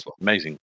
amazing